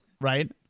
right